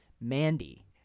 Mandy